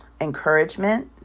encouragement